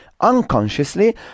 Unconsciously